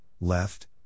left